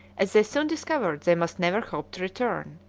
as they soon discovered, they must never hope to return.